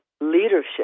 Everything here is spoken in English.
leadership